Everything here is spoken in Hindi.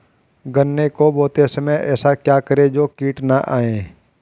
गन्ने को बोते समय ऐसा क्या करें जो कीट न आयें?